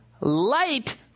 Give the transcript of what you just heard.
light